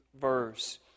verse